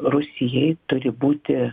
rusijai turi būti